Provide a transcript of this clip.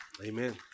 Amen